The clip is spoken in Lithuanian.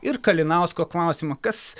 ir kalinausko klausimą kas